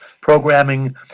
programming